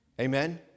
Amen